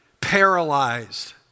paralyzed